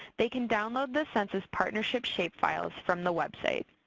they can download the census partnership shapefiles from the website.